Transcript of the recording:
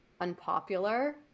unpopular